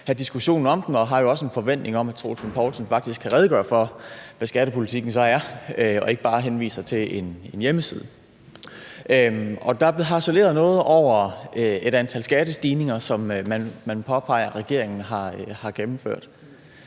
jeg har også en forventning om, at hr. Troels Lund Poulsen faktisk kan redegøre for, hvad skattepolitikken så er, og ikke bare henviser til en hjemmeside. Der blev harceleret noget over et antal skattestigninger, som man påpeger at regeringen har gennemført.